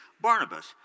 Barnabas